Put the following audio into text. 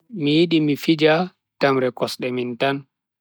Mi yidi mi fija tamre kosde min tan.